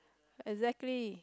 exactly